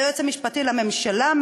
היועץ המשפטי לממשלה,